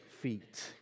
feet